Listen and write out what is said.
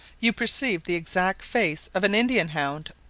you perceive the exact face of an indian hound,